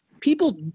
people